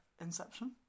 Inception